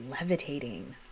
levitating